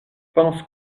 pense